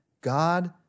God